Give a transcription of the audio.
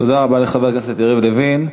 תודה רבה לחבר הכנסת יריב לוין.